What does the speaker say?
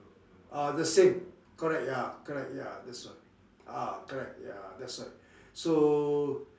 uh the same correct ya correct ya that's why ah correct ya that's why so